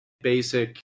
basic